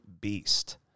beast